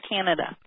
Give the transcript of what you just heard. Canada